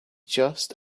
just